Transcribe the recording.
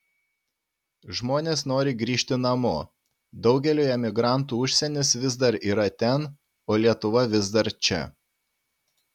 žmonės nori grįžti namo daugeliui emigrantų užsienis vis dar yra ten o lietuva vis dar čia